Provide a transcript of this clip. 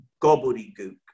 gobbledygook